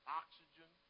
oxygen